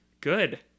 Good